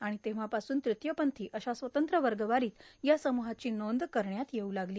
आणि तेव्हापासूनच तृतीयपंथी अशा स्वतंत्र वगवारीत या समूहाची नांद करण्यात येऊ लागली